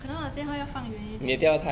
可能我的电话要放远一点